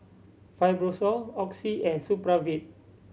Fibrosol Oxy and Supravit